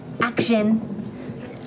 action